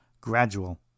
gradual